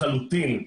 לחלוטין.